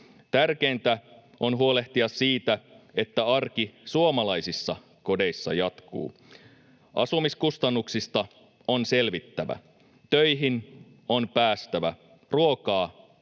Tärkeintä on huolehtia siitä, että arki suomalaisissa kodeissa jatkuu. Asumiskustannuksista on selvittävä. Töihin on päästävä. Ruokaa